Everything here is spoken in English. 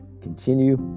Continue